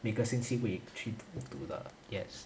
每个星期会去读的 yes